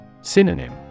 Synonym